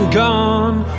gone